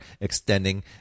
extending